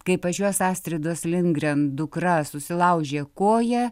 kai pačios astridos lindgren dukra susilaužė koją